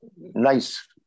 nice